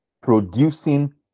producing